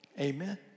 Amen